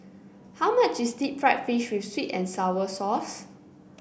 how much is Deep Fried Fish with sweet and sour sauce